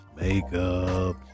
makeup